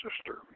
sister